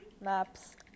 maps